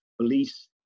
police